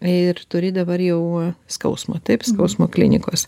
ir turi dabar jau skausmo taip skausmo klinikos